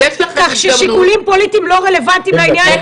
כך ששיקולים פוליטיים לא רלוונטיים לעניין.